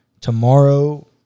tomorrow